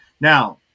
Now